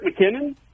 McKinnon